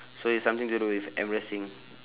so it's something to do with embarrassing